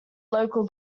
local